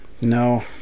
No